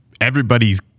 everybody's